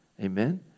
Amen